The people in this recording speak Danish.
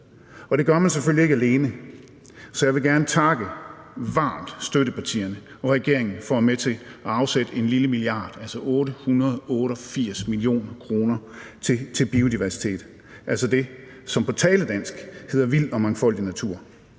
Det gør man selvfølgelig ikke alene, så jeg vil gerne varmt takke støttepartierne og regeringen for at være med til at afsætte en lille milliard, altså 888 mio. kr. til biodiversitet, altså det, som på almindeligt dansk hedder vild og mangfoldig natur.